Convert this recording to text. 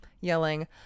yelling